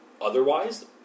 otherwise